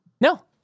No